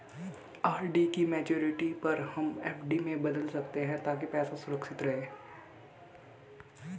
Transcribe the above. RD की maturity पर हम एफ.डी में बदल सकते है ताकि पैसे सुरक्षित रहें